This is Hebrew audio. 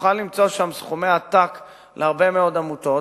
תוכל למצוא שם סכומי עתק להרבה מאוד עמותות,